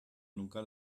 nunca